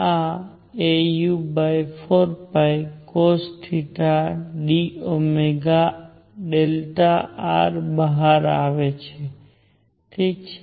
આ au4cosθdΩΔr બહાર આવે છે ઠીક છે